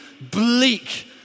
bleak